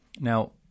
Now